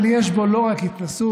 אבל יש בו לא רק התנשאות